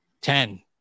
Ten